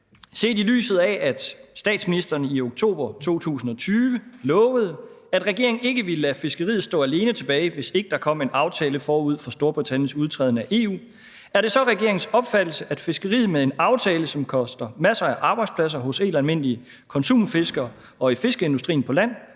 Set i lyset af at statsministeren i oktober 2020 lovede, at regeringen ikke ville lade fiskeriet stå alene tilbage, hvis der ikke kom en aftale forud for Storbritanniens udtræden af EU, er det så regeringens opfattelse, at fiskeriet med en aftale, som koster masser af arbejdspladser hos helt almindelige konsumfiskere og i fiskeindustrien på land,